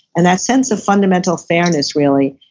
and that sense of fundamental fairness really,